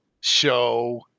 show